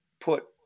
put